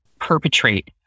perpetrate